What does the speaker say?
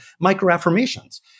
microaffirmations